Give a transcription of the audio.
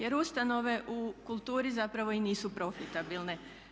Jer ustanove u kulturi zapravo i nisu profitabilne.